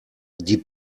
die